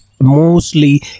mostly